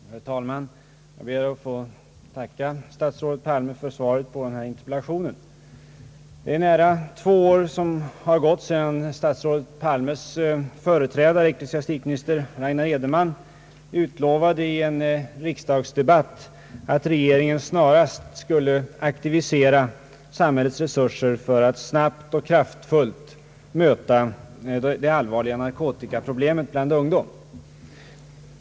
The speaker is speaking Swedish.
Herr talman! Jag ber att få tacka statsrådet Palme för svaret på denna interpellation. Nära två år har gått sedan statsrådet Palmes företrädare, ecklesiastikminister Ragnar Edenman, i en riksdagsdebatt utlovade att regeringen snarast skulle aktivisera samhällets resurser för att snabbt och kraftfullt möta det allvarliga narkotikaproblemet bland ungdomen.